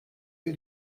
wir